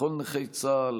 לכל נכי צה"ל